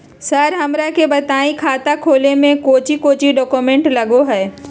Sir हमरा के बताएं खाता खोले में कोच्चि कोच्चि डॉक्यूमेंट लगो है?